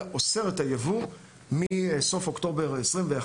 הוא אוסר את היבוא מסוף אוקטובר 2021,